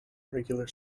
regular